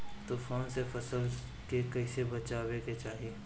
तुफान से फसल के कइसे बचावे के चाहीं?